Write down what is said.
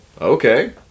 okay